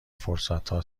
فرصتها